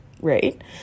right